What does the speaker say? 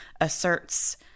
asserts